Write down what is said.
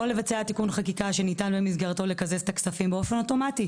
או לבצע תיקון חקיקה שניתן במסגרתו לקזז את הכספים באופן אוטומטי,